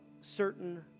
certain